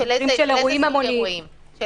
של אירועים המוניים,